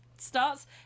starts